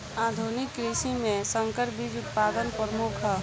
आधुनिक कृषि में संकर बीज उत्पादन प्रमुख ह